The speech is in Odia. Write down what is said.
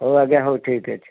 ହଉ ଆଜ୍ଞା ହଉ ଠିକ୍ ଅଛି